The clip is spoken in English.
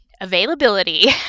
availability